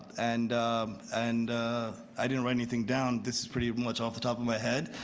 and and i didn't write anything down. this is pretty much off the top of my head.